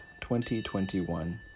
2021